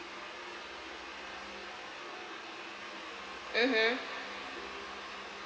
mmhmm